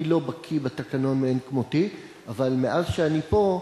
אני לא בקי בתקנון מאין כמותי, אבל מאז שאני פה,